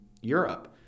Europe